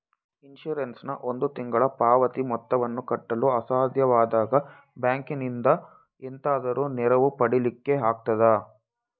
Insurance ನ ಒಂದು ತಿಂಗಳ ಪಾವತಿ ಮೊತ್ತವನ್ನು ಕಟ್ಟಲು ಅಸಾಧ್ಯವಾದಾಗ ಬ್ಯಾಂಕಿನಿಂದ ಎಂತಾದರೂ ನೆರವು ಪಡಿಲಿಕ್ಕೆ ಆಗ್ತದಾ?